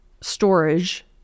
storage